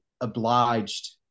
obliged